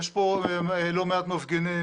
יש פה לא מעט מפגינים,